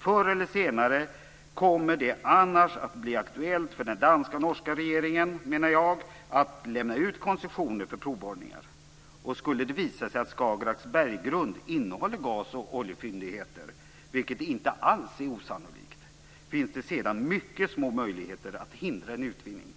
Förr eller senare kommer det annars att bli aktuellt för den danska och norska regeringen att lämna ut koncessioner för provborrningar. Och skulle det visa sig att Skagerraks berggrund innehåller gas och oljefyndigheter, vilket inte alls är osannolikt, finns det sedan mycket små möjligheter att förhindra en utvinning,